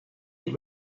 had